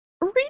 Read